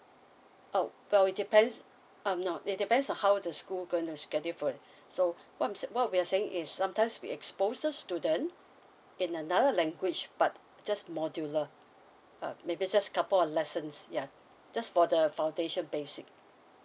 oh well it depends um not it depends on how the school going to schedule for it so what what we're saying is sometimes we exposes student in another language but just modular uh maybe just couple of lessons ya just for the foundation basic